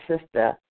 sister